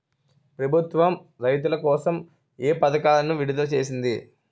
ప్రభుత్వం రైతుల కోసం ఏ పథకాలను విడుదల చేసింది?